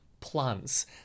plants